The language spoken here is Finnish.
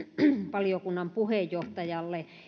valiokunnan puheenjohtajalle